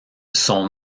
son